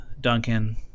Duncan